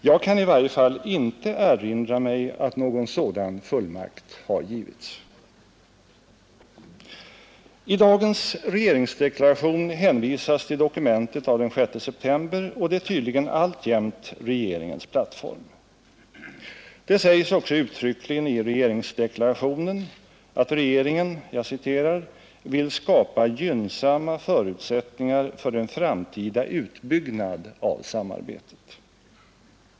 Jag kan i varje fall inte erinra mig att någon sådan fullmakt givits. I dagens regeringsdeklaration hänvisas till dokumentet av den 6 september och detta är tydligen alltjämt regeringens plattform. Det sägs också uttryckligen i regeringsdeklarationen att regeringen ”vill skapa gynnsamma förutsättningar för en framtida utbyggnad av samarbetet”.